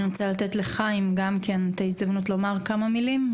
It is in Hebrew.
אני רוצה לתת למאור הזדמנות לומר כמה מלים,